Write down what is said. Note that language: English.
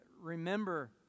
remember